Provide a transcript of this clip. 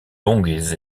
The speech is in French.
longues